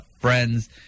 friends